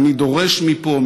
ואני דורש מפה,